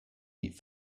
eat